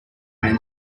men